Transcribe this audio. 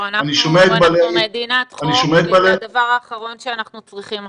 אנחנו מדינת חוק, זה הדבר שאנחנו צריכים עכשיו.